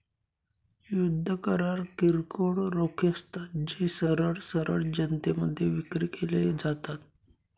युद्ध करार किरकोळ रोखे असतात, जे सरळ सरळ जनतेमध्ये विक्री केले जातात